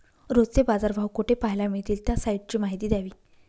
रोजचे बाजारभाव कोठे पहायला मिळतील? त्या साईटची माहिती द्यावी